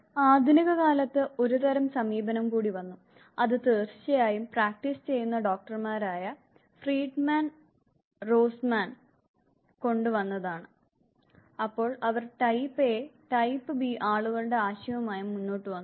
ആധുനിക കാലത്ത് ഒരു തരം സമീപനം കൂടി വന്നു അത് തീർച്ചയായും പ്രാക്ടീസ് ചെയ്യുന്ന ഡോക്ടർമാരായ ഫ്രീഡ്മാനും റേ റോസൻമാനും കൊണ്ട് വന്നത് ആയിരുന്നു അപ്പോൾ അവർ ടൈപ്പ് എ ടൈപ്പ് ബി ആളുകളുടെ ആശയവുമായി മുന്നോട്ടു വന്നു